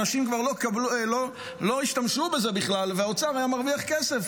אנשים כבר לא השתמשו בזה בכלל והאוצר היה מרוויח כסף,